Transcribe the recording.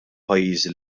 pajjiżi